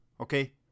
Okay